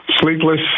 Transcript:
Sleepless